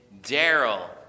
Daryl